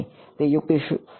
તો યુક્તિ શું હોઈ શકે